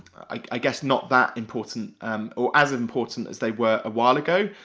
i guess not that important, or as important as they were awhile ago.